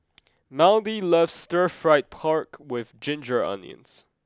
Maudie loves Stir Fried Pork with ginger onions